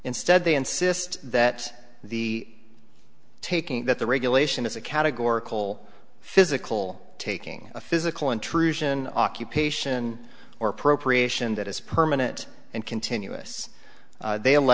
instead they insist that the taking that the regulation is a categorical physical taking a physical intrusion occupation or appropriation that is permanent and continuous they